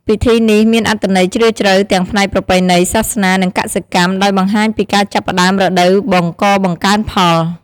ពិធីនេះមានអត្ថន័យជ្រាលជ្រៅទាំងផ្នែកប្រពៃណី សាសនា និងកសិកម្ម ដោយបង្ហាញពីការចាប់ផ្តើមរដូវបង្កបង្កើនផល។